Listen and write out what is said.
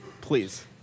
Please